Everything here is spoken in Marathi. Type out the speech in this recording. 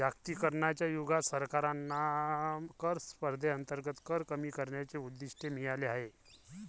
जागतिकीकरणाच्या युगात सरकारांना कर स्पर्धेअंतर्गत कर कमी करण्याचे उद्दिष्ट मिळाले आहे